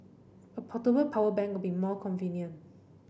a portable power bank will be more convenient